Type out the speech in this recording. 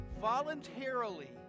voluntarily